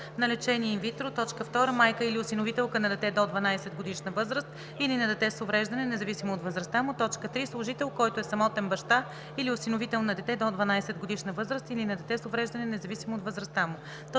на лечение инвитро; 2. майка или осиновителка на дете до 12-годишна възраст или на дете с увреждане независимо от възрастта му; 3. служител, който е самотен баща или осиновител на дете до 12-годишна възраст или на дете с увреждане независимо от възрастта му;